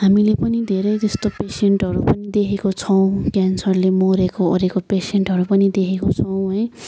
हामीले पनि धेरै त्यस्तो पेसेन्टहरू पनि देखेको छौँ क्यान्सरले मरेकोओरेको पेसेन्टहरू पनि देखेको छौँ है